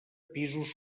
pisos